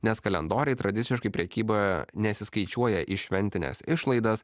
nes kalendoriai tradiciškai prekyboje nesiskaičiuoja į šventines išlaidas